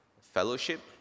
fellowship